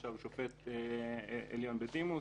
למשל שופט עליון בדימוס,